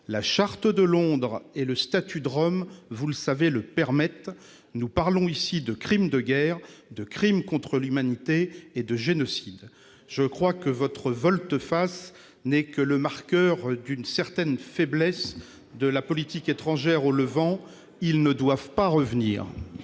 La charte de Londres et le statut de Rome, vous le savez, le permettent. Nous parlons ici de crimes de guerre, de crimes contre l'humanité et de génocide. Je crois que votre volte-face n'est que le marqueur d'une certaine faiblesse de notre politique étrangère au Levant. Ces personnes ne doivent pas revenir.